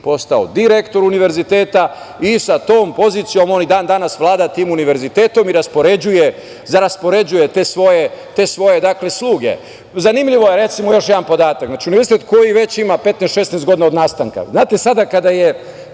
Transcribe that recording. postao direktor Univerziteta i sa tom pozicijom on i dan danas vlada tim univerzitetom i raspoređuje te svoje sluge. Zanimljiv je, recimo, još jedan podatak, znači Univerzitet koji već ima 15, 16 godina od nastanka, znate, sada kada je